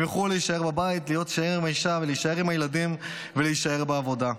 יוכלו להישאר בבית עם האישה ועם הילדים ולהישאר בעבודה.